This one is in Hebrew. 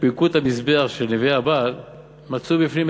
שפירקו את המזבח של נביאי הבעל ומצאו בפנים,